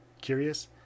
curious